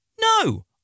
No